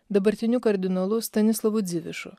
dabartiniu kardinolu stanislovu dzivišu